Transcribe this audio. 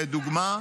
לדוגמה,